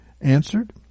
answered